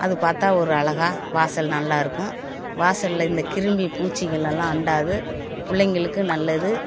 அது பார்த்தா ஒரு அழகாக வாசல் நல்லாயிருக்கும் வாசலில் இந்த கிருமி பூச்சிகள்லாம் அண்டாது பிள்ளைங்களுக்கு நல்லது